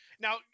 now